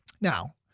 Now